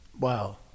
Wow